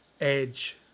Edge